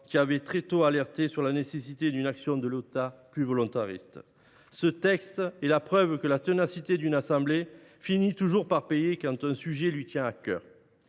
qui a très tôt alerté sur la nécessité d’une action plus volontariste de l’État. Ce texte est la preuve que la ténacité d’une assemblée finit toujours par payer quand un sujet lui tient à cœur.